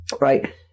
right